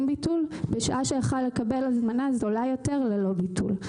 ביטול בשעה שיכול היה לקבל הזמנה זולה ללא ביטול.